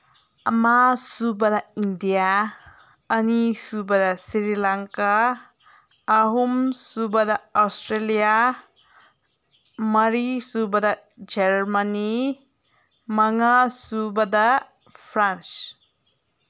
ꯑꯃꯁꯨꯕꯗ India ꯑꯅꯤꯁꯨꯕꯗ ꯁꯤꯔꯤ ꯂꯪꯀꯥ ꯑꯍꯨꯝꯁꯨꯕꯗ Australia ꯃꯔꯤꯁꯨꯕꯗ ꯖꯔꯃꯅꯤ ꯃꯉꯥꯁꯨꯕꯗ ꯐ꯭ꯔꯥꯟꯁ